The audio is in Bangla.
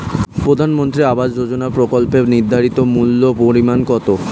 প্রধানমন্ত্রী আবাস যোজনার প্রকল্পের নির্ধারিত মূল্যে পরিমাণ কত?